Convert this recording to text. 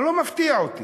לא מפתיע אותי.